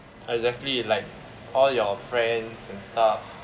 exactly like all your friends and stuff